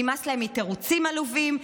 נמאס להם מתירוצים עלובים,